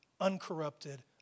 uncorrupted